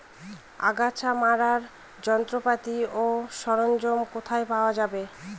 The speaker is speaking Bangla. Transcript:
আগাছা মারার যন্ত্রপাতি ও সরঞ্জাম কোথায় পাওয়া যাবে?